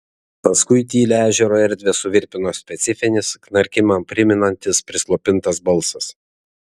paskui tylią ežero erdvę suvirpino specifinis knarkimą primenantis prislopintas balsas